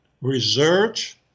Research